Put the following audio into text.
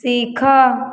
ଶିଖ